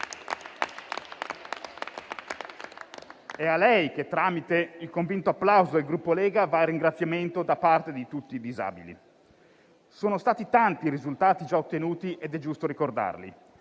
È a lei che, tramite il convinto plauso del Gruppo Lega, va il ringraziamento da parte di tutti i disabili. Sono stati tanti i risultati già ottenuti ed è giusto ricordarli: